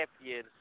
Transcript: Champion